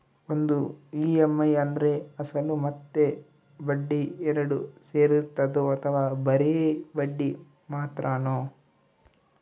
ಒಂದು ಇ.ಎಮ್.ಐ ಅಂದ್ರೆ ಅಸಲು ಮತ್ತೆ ಬಡ್ಡಿ ಎರಡು ಸೇರಿರ್ತದೋ ಅಥವಾ ಬರಿ ಬಡ್ಡಿ ಮಾತ್ರನೋ?